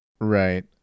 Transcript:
Right